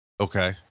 Okay